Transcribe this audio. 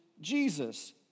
Jesus